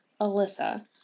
Alyssa